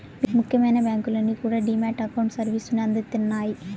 ముఖ్యమైన బ్యాంకులన్నీ కూడా డీ మ్యాట్ అకౌంట్ సర్వీసుని అందిత్తన్నాయి